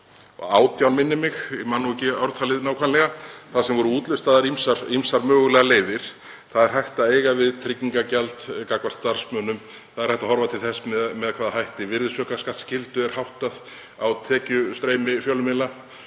2018, minnir mig, ég man ekki ártalið nákvæmlega, þar sem voru útlistaðar ýmsar mögulegar leiðir. Það er hægt að eiga við tryggingagjald gagnvart starfsmönnum. Það er hægt að horfa til þess hvernig virðisaukaskattsskyldu er háttað á tekjustreymi fjölmiðla